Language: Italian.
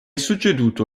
succeduto